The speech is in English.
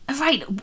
Right